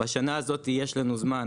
בשנה הזאת יש לנו זמן,